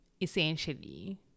essentially